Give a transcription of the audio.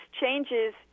changes